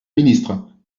ministre